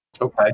Okay